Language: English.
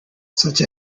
such